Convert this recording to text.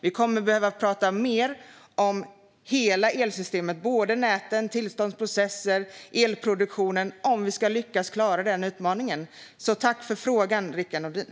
Vi kommer att behöva tala mer om hela elsystemet, såväl om näten som tillståndsprocesserna och elproduktionen, om vi ska klara utmaningen. Så tack för frågan, Rickard Nordin!